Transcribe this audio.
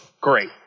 great